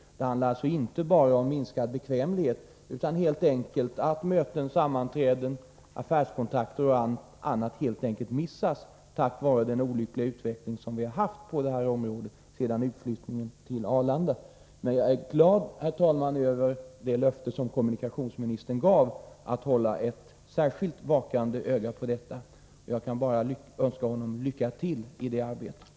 Det handlar alltså inte bara om minskad bekvämlighet, utan om att möten, sammanträden, affärskontakter och annat helt enkelt missas på grund av den olyckliga utveckling som rått på det här området efter utflyttningen till Arlanda. Jag är emellertid, herr talman, glad över det löfte som kommunikationsministern gav om att hålla ett vakande öga på detta. Jag kan bara önska honom lycka till i det arbetet.